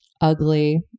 ugly